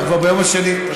זה כבר היום השני, יואל.